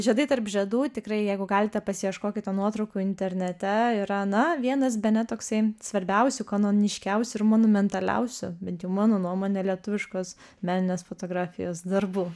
žiedai tarp žiedų tikrai jeigu galite pasiieškokite nuotraukų internete yra na vienas bene toksai svarbiausių kanoniškiausių ir monumentaliausių bent jau mano nuomone lietuviškos meninės fotografijos darbų